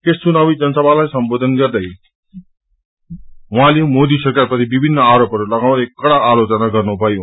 यसचुनावी जनसमालाई सम्बोयन गर्ने क्रममा मोदी सरकारप्रति विभिन्न आरोपहरू लागाउँदै कड़ा आलोचना गर्नुपरयो